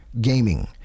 gaming